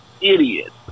idiot